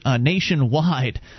nationwide